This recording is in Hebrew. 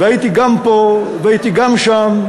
והייתי גם פה והייתי גם שם,